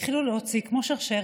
התחילו להוציא, כמו שרשרת.